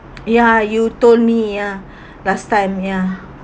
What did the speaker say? ya you told me ya last time ya